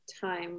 time